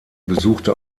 besuchte